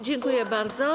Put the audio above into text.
Dziękuję bardzo.